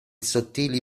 sottili